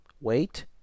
wait